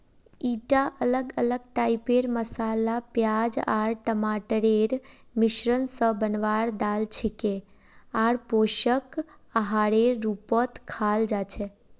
ईटा अलग अलग टाइपेर मसाला प्याज आर टमाटरेर मिश्रण स बनवार दाल छिके आर पोषक आहारेर रूपत खाल जा छेक